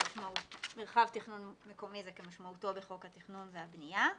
מרחב תכנון מקומי זה כמשמעותו בחוק התכנון והבנייה.